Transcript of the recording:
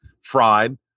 fried